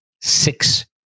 Six